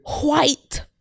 white